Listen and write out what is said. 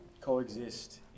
coexist